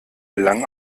lang